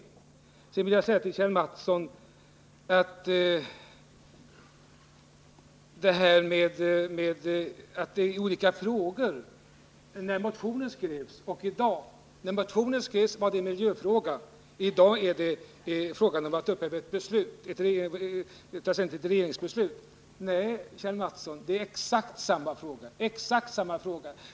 Till Kjell Mattsson vill jag beträffande påståendet att det rör sig om olika frågor — en miljöfråga när motionen skrevs och i dag en fråga om att upphäva ett regeringsbeslut — säga: Nej, Kjell Mattsson, det är exakt samma fråga.